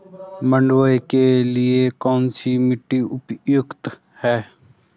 मंडुवा के लिए कौन सी मिट्टी उपयुक्त है?